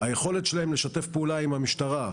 היכולת שלהם לשתף פעולה עם המשטרה.